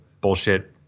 bullshit